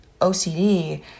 OCD